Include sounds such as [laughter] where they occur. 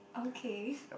okay [laughs]